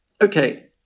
okay